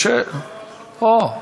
לא לא.